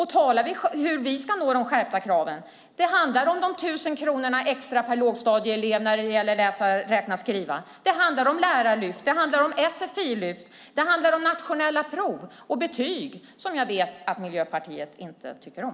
Hur vi ska nå de skärpta kraven handlar om de tusen kronorna extra per lågstadieelev när det gäller att läsa, räkna och skriva. Det handlar om lärarlyft och sfi-lyft. Det handlar om nationella prov och betyg, som jag vet att Miljöpartiet inte tycker om.